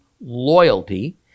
loyalty